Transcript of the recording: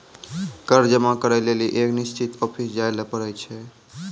कर जमा करै लेली एक निश्चित ऑफिस जाय ल पड़ै छै